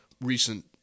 recent